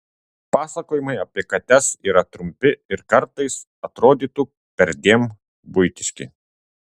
pasakojimai apie kates yra trumpi ir kartais atrodytų perdėm buitiški